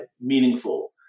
meaningful